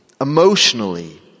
Emotionally